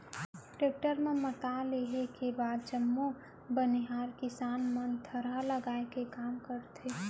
tractor म मता लेहे के बाद जम्मो बनिहार किसान मन थरहा लगाए के काम करथे